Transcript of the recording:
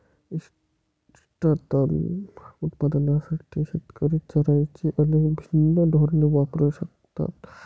इष्टतम उत्पादनासाठी शेतकरी चराईची अनेक भिन्न धोरणे वापरू शकतात